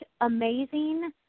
amazing